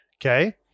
Okay